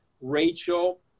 Rachel